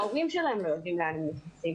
ההורים שלהם לא יודעים לאן הם נכנסים.